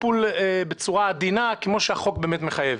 טיפול בצורה עדינה כמו שהחוק באמת מחייב.